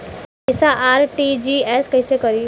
पैसा आर.टी.जी.एस कैसे करी?